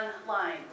online